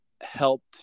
helped